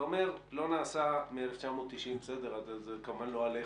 אתה אומר שלא נעשה מאז 1990 זה כמובן לא עליך.